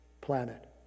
planet